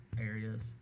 areas